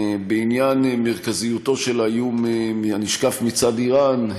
בעניין מרכזיותו של האיום הנשקף מצד איראן,